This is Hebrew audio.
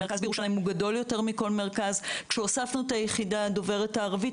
המרכז בירושלים הוא גדול יותר מכל מרכז את היחידה דוברת הערבית,